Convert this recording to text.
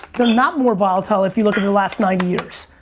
they're not more volatile if you look at the last ninety years.